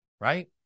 Right